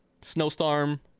snowstorm